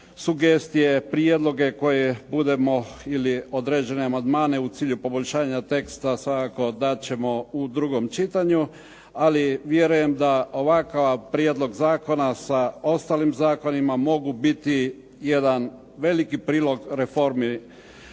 sugestije, prijedloge koje budemo ili određene amandmane u cilju poboljšanja teksta svakako dat ćemo u drugom čitanju, ali vjerujem da ovakav prijedlog zakona sa ostalim zakonima mogu biti jedan veliki prilog reformi